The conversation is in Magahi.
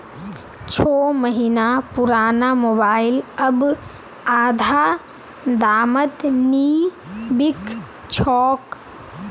छो महीना पुराना मोबाइल अब आधा दामत नी बिक छोक